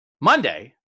Monday